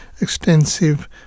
extensive